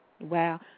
Wow